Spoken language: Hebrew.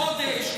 בחודש,